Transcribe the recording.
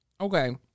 Okay